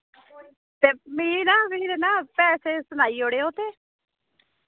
ते मिगी ना पैसे सनाई ओड़ेओ ते